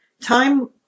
time